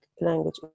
language